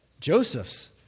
Joseph's